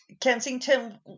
Kensington